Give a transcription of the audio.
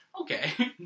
Okay